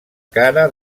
cara